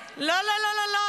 --- לא, לא, לא.